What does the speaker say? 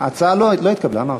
ההצעה לא התקבלה, אמרתי.